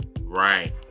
right